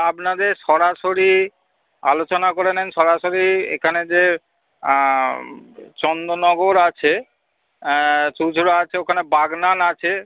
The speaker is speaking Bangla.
আপনাদের সরাসরি আলোচনা করে নিন সরাসরি এখানে যে চন্দননগর আছে চুঁচুড়া আছে ওখানে বাগনান আছে